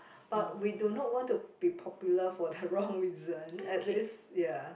but we do not want to be popular for the wrong reason at least ya